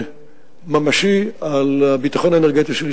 שוועדת-ששינסקי יצרה במהלך החודשים האחרונים מאז